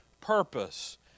purpose